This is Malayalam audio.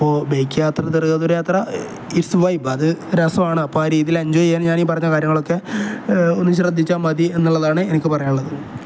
അപ്പോൾ ബേക്ക് യാത്ര യാത്ര ഇറ്റ് ഈസ് വൈബ് അത് രസമാണ് അപ്പം ആ രീതിൽ എൻജോയ് ചെയ്യാൻ ഞാൻ ഈ പറഞ്ഞ കാര്യങ്ങളൊക്കെ ഒന്ന് ശ്രദ്ധിച്ചാൽ മതി എന്നുള്ളതാണ് എനിക്ക് പറയാനുള്ളത്